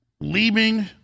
leaving